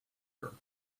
her